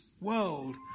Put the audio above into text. world